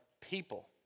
people